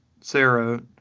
Sarah